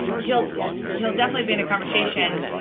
he'll so he'll definitely be in a conversation,